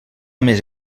més